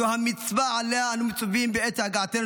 זו המצווה שעליה אנו מצווים בעת הגעתנו